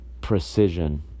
precision